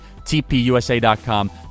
tpusa.com